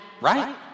right